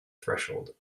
threshold